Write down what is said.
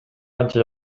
канча